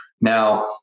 now